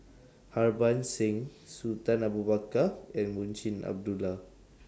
Harbans Singh Sultan Abu Bakar and Munshi Abdullah